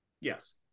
Yes